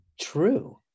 true